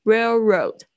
Railroad